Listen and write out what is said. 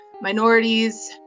minorities